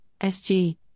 SG